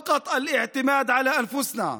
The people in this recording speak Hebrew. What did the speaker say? אנו יכולים לסמוך רק על עצמנו.